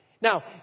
Now